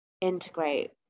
integrate